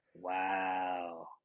Wow